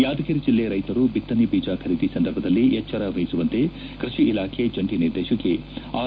ಯಾದಗಿರಿ ಜಿಲ್ಲೆ ರೈತರು ಬಿತ್ತನೆ ಬೀಜ ಖರೀದಿ ಸಂದರ್ಭದಲ್ಲಿ ಎಚ್ಚರ ವಹಿಸುವಂತೆ ಕೃಷಿ ಇಲಾಖೆ ಜಂಟಿ ನಿರ್ದೇಶಕಿ ಆರ್